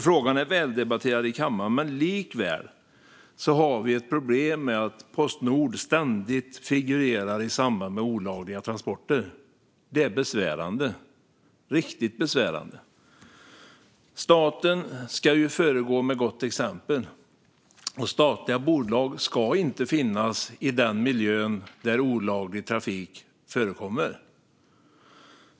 Frågan är väldebatterad i kammaren, men likväl har vi ett problem med att Postnord ständigt figurerar i samband med olagliga transporter. Det är riktigt besvärande. Staten ska föregå med gott exempel, och statliga bolag ska inte finnas i en miljö där olaglig trafik förekommer.